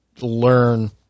learn